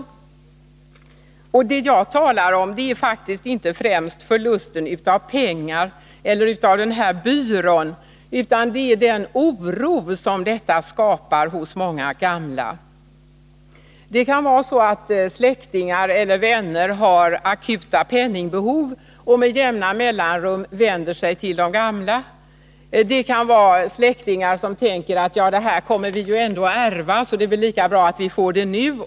Vad jag talar om är faktiskt inte främst förlusten av pengar eller egendom utan den oro som påtryckningarna skapar hos många gamla. Det kan vara så att släktingar eller vänner har akuta penningbehov och med jämna mellanrum vänder sig till de gamla. Det kan vara släktingar som tänker: Det här kommer vi ju ändå att ärva — det är lika bra att vi får det nu.